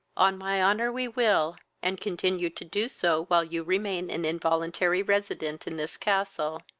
on my honour we will, and continue to do so while you remain an involuntary resident in this castle.